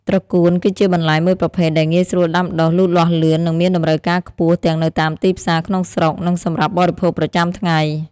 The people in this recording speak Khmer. ត្រកួន គឺជាបន្លែមួយប្រភេទដែលងាយស្រួលដាំដុះ លូតលាស់លឿន និងមានតម្រូវការខ្ពស់ទាំងនៅតាមទីផ្សារក្នុងស្រុក និងសម្រាប់បរិភោគប្រចាំថ្ងៃ។